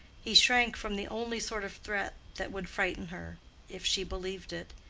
he shrank from the only sort of threat that would frighten her if she believed it.